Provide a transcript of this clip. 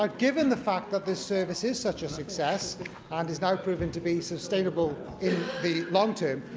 um given the fact that this service is such a success and is now proving to be sustainable in the long term,